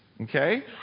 Okay